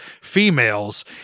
females